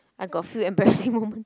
I got a few embarrassing moment